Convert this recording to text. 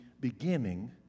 beginning